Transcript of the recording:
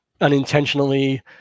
unintentionally